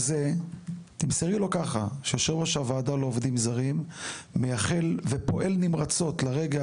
תמסרי לו ככה שיו"ר הוועדה לעובדים זרים מייחל ופועל נמרצות לרגע